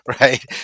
right